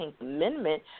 Amendment